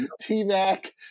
T-Mac